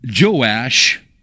Joash